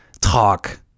talk